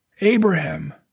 Abraham